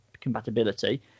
compatibility